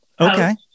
Okay